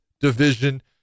division